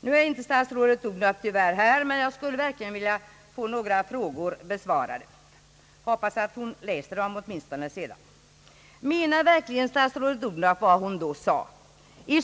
Nu är statsrådet Odhnoff tyvärr inte närvarande i kammaren, men jag skulle verkligen vilja få några frågor besvarade av henne. Jag hoppas att hon åtminstone läser dem i efterhand. Menar verkligen statsrådet Odhnoff vad hon vid det tillfället sade?